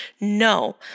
No